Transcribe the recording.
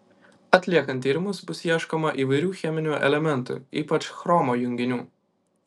atliekant tyrimus bus ieškoma įvairių cheminių elementų ypač chromo junginių